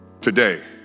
today